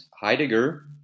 Heidegger